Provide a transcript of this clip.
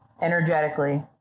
energetically